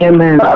Amen